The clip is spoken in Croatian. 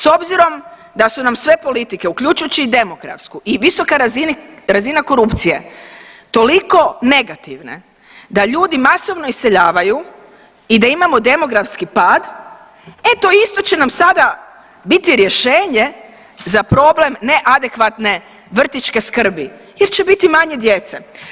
S obzirom da su nam sve politike uključujući i demografsku i visoka razina korupcije toliko negativne da ljudi masovno iseljavaju i da imamo demografski pad eto isto će nam sada biti rješenje za problem neadekvatne vrtićke skrbi jer će biti manje djece.